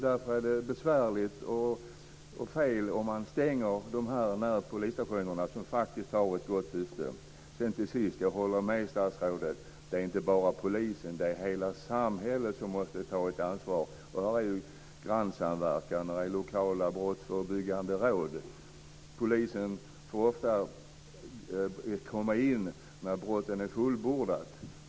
Därför är det besvärligt och fel om man stänger de här närpolisstationerna, som faktiskt har ett gott syfte. Till sist håller jag med statsrådet om att det inte bara handlar om polisen. Det är hela samhället som måste ta ett ansvar genom grannsamverkan och lokala brottsförebyggande råd. Polisen får ofta komma in när brotten är fullbordade.